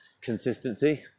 consistency